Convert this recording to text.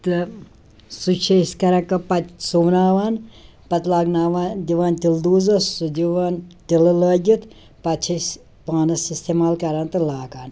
تہٕ سُہ چھِ أسۍ کَران کٲم پتہٕ سُوناوان پتہٕ لاگاناوان دِوان تِلہٕ دوٗزَس سُہ دِوان تِلہٕ لٲگِتھ پتہٕ چھِ أسۍ پانَس استعمال کران تہٕ لاگان